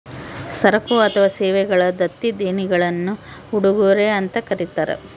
ಸರಕು ಅಥವಾ ಸೇವೆಗಳ ದತ್ತಿ ದೇಣಿಗೆಗುಳ್ನ ಉಡುಗೊರೆ ಅಂತ ಕರೀತಾರ